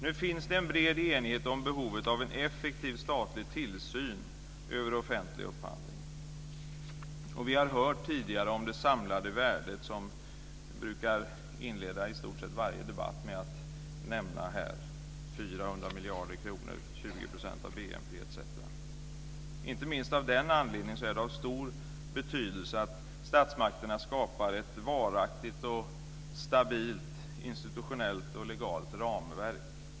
Nu finns det en bred enighet om behovet av en effektiv statlig tillsyn över offentlig upphandling. Vi har tidigare hört om det samlade värdet. Vi brukar ju inleda i stort sett varje debatt här med att nämna det - 400 miljarder kronor, 20 % av BNP etc. Inte minst av den anledningen är det av stor betydelse att statsmakterna skapar ett varaktigt och stabilt institutionellt och legalt ramverk.